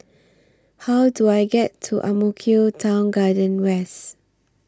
How Do I get to Ang Mo Kio Town Garden West